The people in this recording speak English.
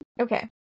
Okay